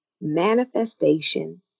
manifestation